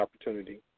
opportunity